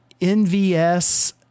NVS